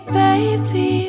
baby